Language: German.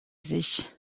sich